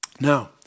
Now